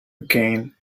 again